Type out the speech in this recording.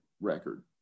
record